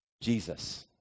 Jesus